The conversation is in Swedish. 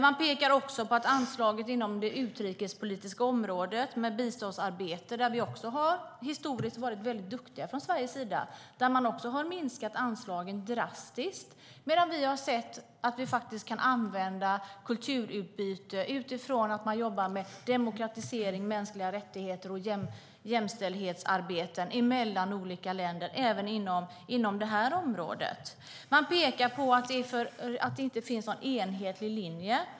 Man pekar också på att anslagen inom det utrikespolitiska området, med biståndsarbete, där vi från Sveriges sida har varit duktiga historiskt, har minskat drastiskt, medan vi har sett att vi faktiskt kan använda kulturutbyte utifrån att man jobbar med demokratisering, mänskliga rättigheter och jämställdhetsarbete mellan olika länder, även inom det här området. Man pekar på att det inte finns någon enhetlig linje.